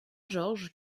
georges